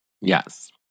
Yes